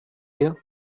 you